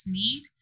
need